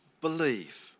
believe